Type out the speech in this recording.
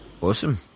Awesome